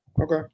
Okay